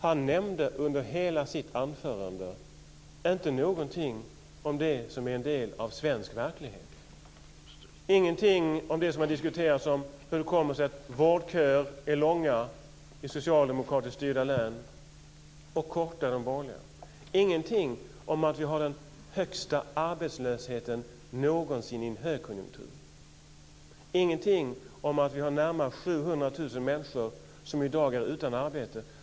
Han nämnde inte under hela sitt anförande någonting om det som är en del av svensk verklighet, ingenting om det som har diskuterats om hur det kommer sig att vårdköer är långa i socialdemokratiskt styrda län och korta i de borgerliga, ingenting om att vi har den högsta arbetslösheten någonsin i en högkonjunktur, ingenting om att vi har närmare 700 000 människor som i dag är utan arbete.